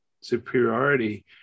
superiority